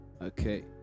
Okay